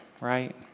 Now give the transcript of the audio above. right